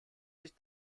sich